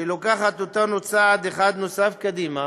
שלוקחת אותנו צעד אחד נוסף קדימה